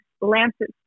Lancet